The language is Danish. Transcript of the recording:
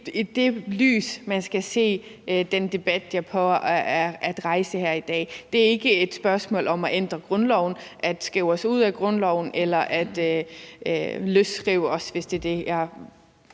det lys, man skal se den debat, jeg prøver at rejse her i dag. Det er ikke et spørgsmål om at ændre grundloven, eller at vi vil skrive os ud af grundloven eller løsrive os. Hvis det er det, jeg